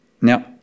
Now